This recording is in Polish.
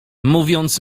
mówiąc